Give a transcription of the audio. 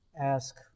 ask